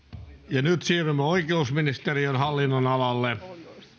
ja nyt siirrymme oikeusministeriön hallinnonalalle